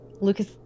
Lucas